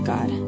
God